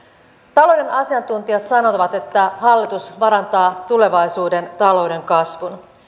talouden asiantuntijat sanovat että hallitus vaarantaa tulevaisuuden talouden kasvun